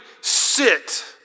sit